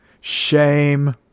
Shame